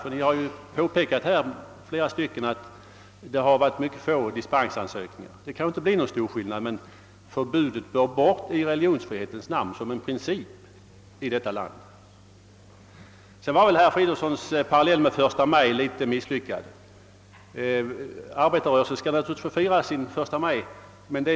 Flera talare har påpekat att det har förekommit mycket få dispensansökningar. Skillnaden blir inte stor, men förbudet bör bort i religionsfrihetens namn. Vidare var väl herr Fridolfssons parallell med första maj litet misslyckad. Arbetarrörelsen skall naturligtvis få fira sin första maj.